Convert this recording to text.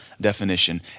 definition